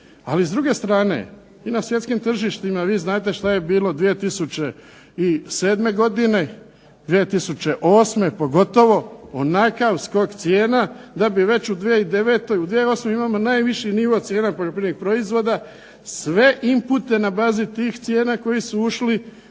Ali s druge strane, vi znate što je bilo 2007. godine, 2008. pogotovo, onakav skok cijena, da bi već u 2009., imamo najviši nivo cijena poljoprivrednih proizvoda, sve inpute na bazi tih cijena koji su ušli